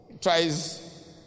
tries